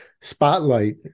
spotlight